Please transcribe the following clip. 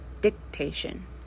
dictation